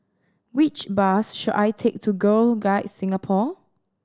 which bus should I take to Girl Guides Singapore